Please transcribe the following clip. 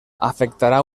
afectarà